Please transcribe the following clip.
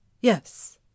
Yes